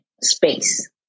space